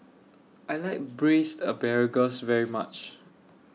I like Braised Asparagus very much